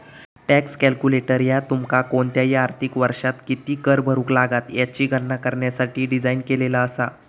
tax calculator ह्या तुमका कोणताही आर्थिक वर्षात किती कर भरुक लागात याची गणना करण्यासाठी डिझाइन केलेला असा